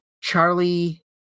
Charlie